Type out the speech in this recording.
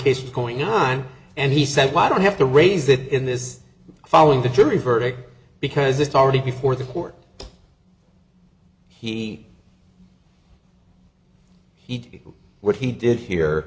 is going on and he said why i don't have to raise it in this following the jury verdict because it's already before the court he he what he did here